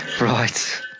Right